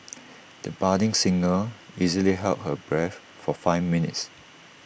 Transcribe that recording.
the budding singer easily held her breath for five minutes